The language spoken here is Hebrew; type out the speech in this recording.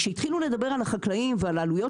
כשהתחילו לדבר על החקלאים ועל העלויות